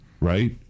Right